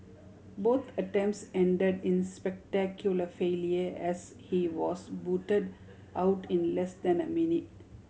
both attempts end in spectacular failure as he was booted out in less than a minute